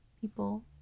people